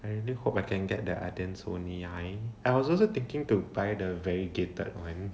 I really hope I can get their items only I I was also thinking to buy the variegated one